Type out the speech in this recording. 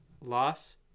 loss